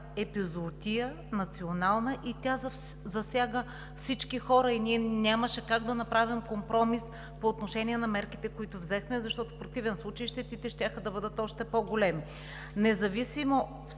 епизоотия, тя засяга всички хора и ние нямаше как да направим компромис по отношение на мерките, които взехме, защото в противен случай щетите щяха да бъдат още по-големи. Независимо